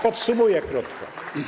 Podsumuję krótko.